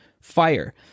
fire